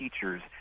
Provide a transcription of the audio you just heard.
teachers